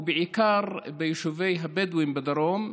ובעיקר ביישובי הבדואים בדרום.